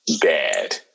bad